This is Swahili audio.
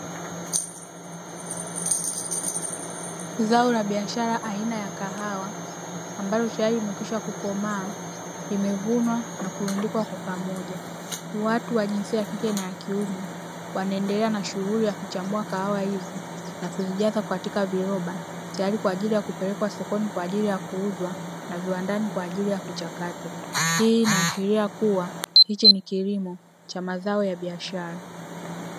Zao la biashara aina ya kahawa ambalo tayari limekwisha kukomaa, limevunwa na kurundikwa kwa pamoja. Watu wa jinsia ya kike na kiume wanaendelea na shughuli ya kuchambua kahawa hizo na kuzijaza katika viroba tayari kwa ajili ya kupelekwa sokoni kwa ajili ya kuuzwa na viwandani kwa ajili ya kuchakatwa. Hii inaashiria kuwa hichi ni kilimo cha mazao ya biashara.